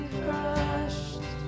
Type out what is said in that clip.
crushed